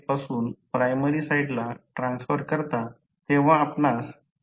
terminal 3 slip ring शी जोडलेले आहेत जे रोटर द्वारे चालू होतात